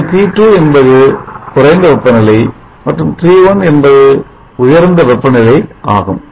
இதில் T2 என்பது குறைந்த வெப்பநிலை மற்றும் T1 என்பது உயர்ந்த வெப்ப நிலை ஆகும்